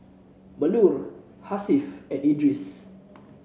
Melur Hasif and Idris